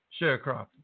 Sharecropping